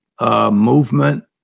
Movement